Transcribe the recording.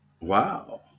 Wow